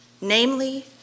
namely